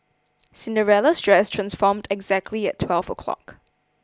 Cinderella's dress transformed exactly at twelve o'clock